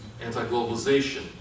anti-globalization